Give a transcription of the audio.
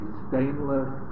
stainless